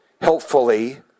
helpfully